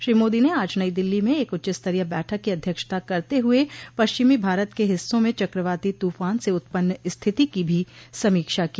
श्री मोदी ने आज नई दिल्ली में एक उच्चस्तरीय बैठक की अध्यक्षता करते हुए पश्चिमी भारत के हिस्सों में चक्रवाती तूफान से उत्पन्न स्थिति की भी समीक्षा की